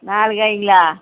நாலு காயிங்களா